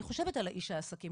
אני חושבת על איש העסקים,